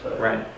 right